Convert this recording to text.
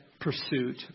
pursuit